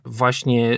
właśnie